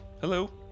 hello